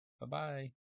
Bye-bye